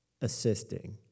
assisting